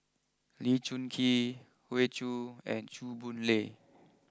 Lee Choon Kee Hoey Choo and Chew Boon Lay